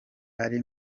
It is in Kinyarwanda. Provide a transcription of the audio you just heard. ari